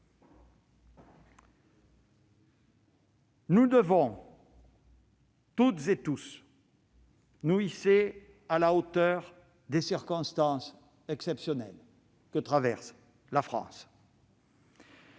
Nous devons tous nous hisser à la hauteur des circonstances exceptionnelles que traverse la France.